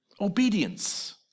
Obedience